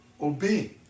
obey